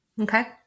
Okay